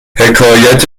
حکایت